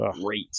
great